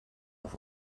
auf